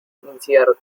incierto